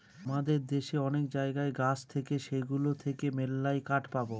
আমাদের দেশে অনেক জায়গায় গাছ থাকে সেগুলো থেকে মেললাই কাঠ পাবো